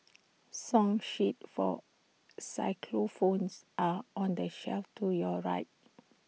song sheets for xylophones are on the shelf to your right